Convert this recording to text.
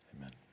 Amen